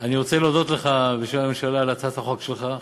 אני רוצה להודות לך בשם הממשלה על הצעת החוק שלך.